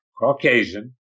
Caucasian